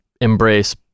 embrace